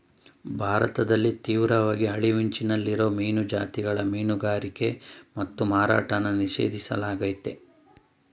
ಭಾರತದಲ್ಲಿ ತೀವ್ರವಾಗಿ ಅಳಿವಿನಂಚಲ್ಲಿರೋ ಮೀನು ಜಾತಿಗಳ ಮೀನುಗಾರಿಕೆ ಮತ್ತು ಮಾರಾಟನ ನಿಷೇಧಿಸ್ಲಾಗಯ್ತೆ